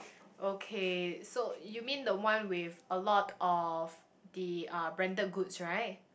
okay so you mean the one with a lot of the uh branded goods right